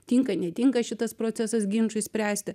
tinka netinka šitas procesas ginčui spręsti